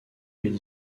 est